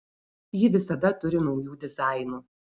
ji visada turi naujų dizainų